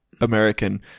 American